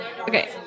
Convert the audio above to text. Okay